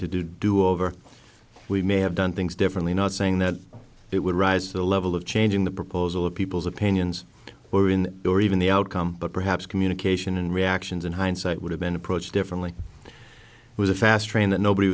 to do over we may have done things differently not saying that it would rise to the level of changing the proposal of people's opinions or in or even the outcome but perhaps communication and reactions in hindsight would have been approached differently was a fast train that nobody